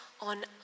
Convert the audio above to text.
on